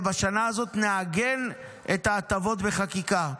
ובשנה הזאת נעגן את ההטבות בחקיקה.